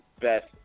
best